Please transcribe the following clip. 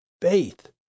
faith